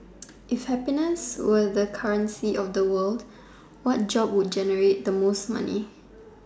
if happiness were the currency of the world what job would generate the most money